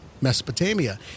Mesopotamia